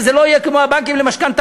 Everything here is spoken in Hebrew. שזה לא יהיה כמו הבנקים למשכנתאות,